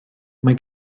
mae